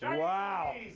and wow!